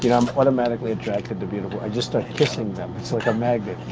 you know i'm automatically attracted to beautiful i just start kissing them. it's like a magnet.